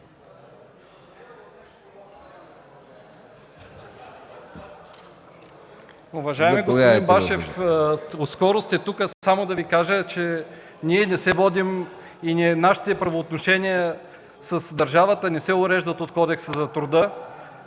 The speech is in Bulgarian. Уважаеми господин Башев, отскоро сте тук. Само да Ви кажа, че ние не се водим по Кодекса на труда, нашите правоотношения с държавата не се уреждат от Кодекса на труда.